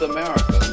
America